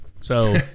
So-